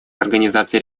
организацией